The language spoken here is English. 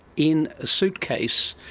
in a suitcase,